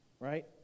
right